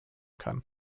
kann